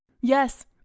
Yes